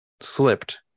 slipped